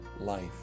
life